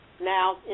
Now